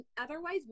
otherwise